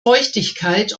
feuchtigkeit